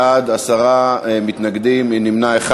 30 בעד, עשרה מתנגדים, נמנע אחד.